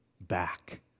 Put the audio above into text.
back